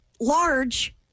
large